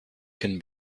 can